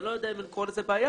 אני לא יודע אם לקרוא לזה בעיה,